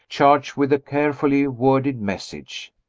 charged with a carefully-worded message.